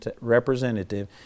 representative